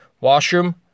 washroom